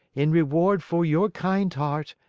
in reward for your kind heart,